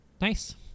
Nice